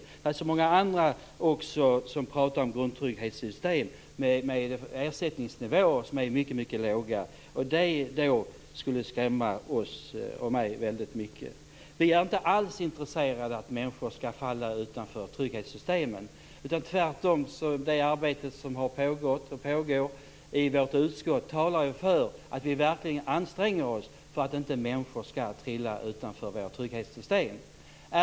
Det finns så många andra som pratar om grundtrygghetssystem med ersättningsnivåer som är mycket låga. Det skrämmer oss socialdemokrater väldigt mycket. Vi är inte alls intresserade av att människor skall falla utanför trygghetssystemen. Tvärtom talar det arbete som har pågått och pågår i vårt utskott för att vi verkligen anstränger oss för att människor inte skall trilla utanför våra trygghetssystem.